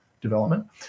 development